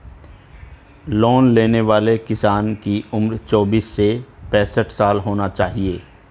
loan लेने वाले किसान की उम्र चौबीस से पैंसठ साल होना चाहिए